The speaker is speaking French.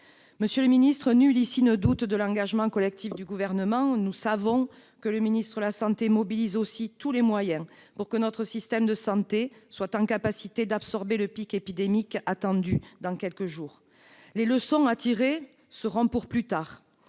Monsieur le ministre, nul ici ne doute de l'engagement collectif du Gouvernement. Nous savons que le ministre de la santé mobilise tous les moyens pour que notre système de santé soit en mesure d'absorber le pic épidémique attendu dans quelques jours. Les leçons à tirer seront pour plus tard.